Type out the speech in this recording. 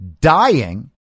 dying